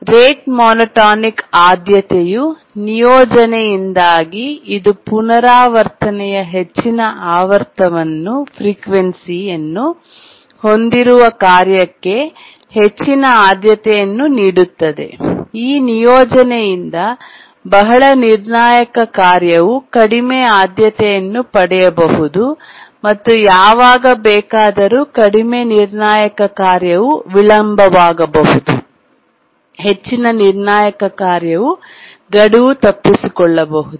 ಆದರೆ rate monotonic ಆದ್ಯತೆಯ ನಿಯೋಜನೆಯಿಂದಾಗಿ ಇದು ಪುನರಾವರ್ತನೆಯ ಹೆಚ್ಚಿನ ಆವರ್ತನವನ್ನು ಫ್ರಿಕ್ವೆನ್ಸಿ ಹೊಂದಿರುವ ಕಾರ್ಯಕ್ಕೆ ಹೆಚ್ಚಿನ ಆದ್ಯತೆಯನ್ನು ನೀಡುತ್ತದೆ ಈ ನಿಯೋಜನೆಯಿಂದ ಬಹಳ ನಿರ್ಣಾಯಕ ಕಾರ್ಯವು ಕಡಿಮೆ ಆದ್ಯತೆಯನ್ನು ಪಡೆಯಬಹುದು ಮತ್ತು ಯಾವಾಗ ಬೇಕಾದರೂ ಕಡಿಮೆ ನಿರ್ಣಾಯಕ ಕಾರ್ಯವು ವಿಳಂಬವಾಗಬಹುದು ಹೆಚ್ಚಿನ ನಿರ್ಣಾಯಕ ಕಾರ್ಯವು ಗಡುವು ತಪ್ಪಿಸಿಕೊಳ್ಳಬಹುದು